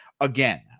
again